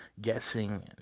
guessing